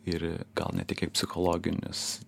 ir gal ne tik į psichologinius